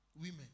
women